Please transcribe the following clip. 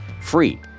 free